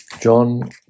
John